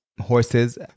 horses